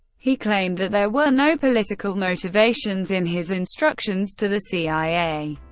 he claimed that there were no political motivations in his instructions to the cia,